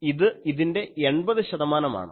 ഇത് ഇതിൻ്റെ 80 ശതമാനം ആണ്